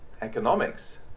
economics